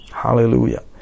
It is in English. Hallelujah